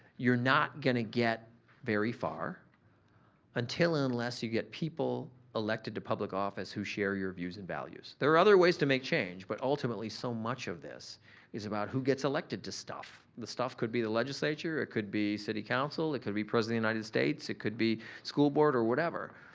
you're not gonna get very far until and unless you get people elected to public office who share your views and values. there are other ways to make change but ultimately so much of this is about who gets elected to stuff. the stuff could be the legislature. it could be city council. it could be president of the united states. it could be school board or whatever.